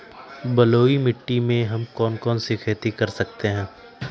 बलुई मिट्टी में हम कौन कौन सी खेती कर सकते हैँ?